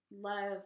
love